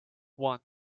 one